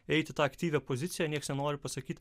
eiti tą aktyvią poziciją niekas nenori pasakyti